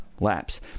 laps